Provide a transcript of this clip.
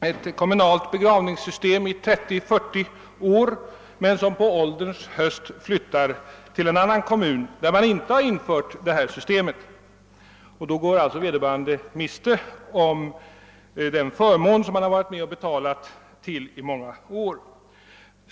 ett kommunalt begravningssystem under 30—40 år men som på ålderns höst flyttar till en annan kommun där man inte infört det systemet. Vederbörande går då miste om den förmån som hon eller han varit med om att betala till under många år.